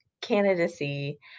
candidacy